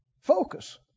focus